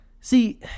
See